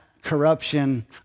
corruption